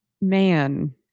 man